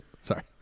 Sorry